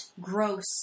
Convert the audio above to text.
gross